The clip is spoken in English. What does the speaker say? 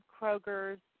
Kroger's